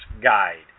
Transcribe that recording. Guide